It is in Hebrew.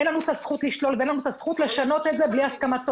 אין לנו את הזכות לשלול ואין לנו את הזכות לשנות את זה בלי הסכמתו.